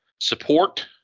support